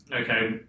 okay